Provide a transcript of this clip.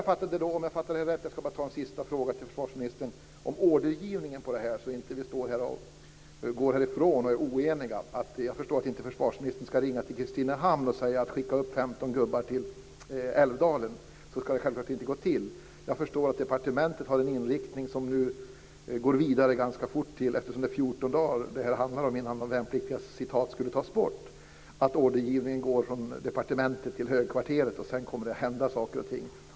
Jag ska bara ställa en sista fråga till försvarsministern om ordergivningen i det här fallet, så att vi inte går härifrån och är oeniga. Jag förstår att försvarsministern inte ska ringa till Kristinehamn och säga: Skicka upp 15 gubbar till Älvdalen! Så ska det självklart inte gå till. Jag förstår att departementet har en inriktning som nu går vidare ganska fort, eftersom det handlar om 14 dagar innan de värnpliktiga "skulle tas bort". Jag utgår från att ordergivningen går från departementet till högkvarteret och att det sedan kommer att hända saker och ting.